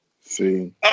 See